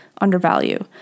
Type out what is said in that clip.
undervalue